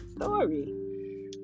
story